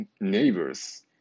neighbors